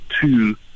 two